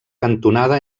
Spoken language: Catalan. cantonada